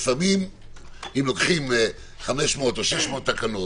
לוקחים 500 או 600 תקנות,